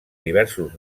diversos